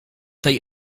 tej